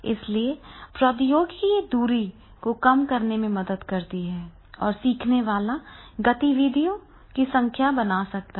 इसलिए प्रौद्योगिकी दूरी को कम करने में मदद करती है और सीखने वाला गतिविधियों की संख्या बना सकता है